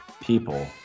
people